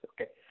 okay